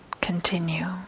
continue